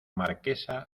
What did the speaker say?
marquesa